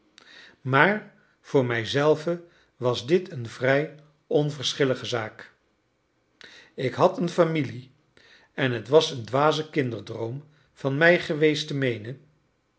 maar voor mij zelven was dit een vrij onverschillige zaak ik had een familie en het was een dwaze kinderdroom van mij geweest te meenen